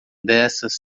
dessas